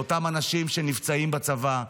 לאותם אנשים שנפצעים בצבא,